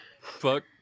fuck